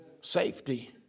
Safety